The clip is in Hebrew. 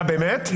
מה, באמת?